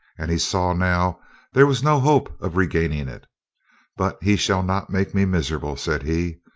and he saw now there was no hope of regaining it but he shall not make me miserable, said he.